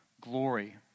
glory